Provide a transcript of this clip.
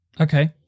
Okay